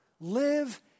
live